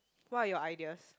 what are your ideas